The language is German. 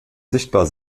sichtbar